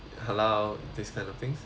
halal this kind of things